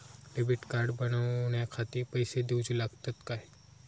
Debit card बनवण्याखाती पैसे दिऊचे लागतात काय?